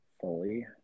Fully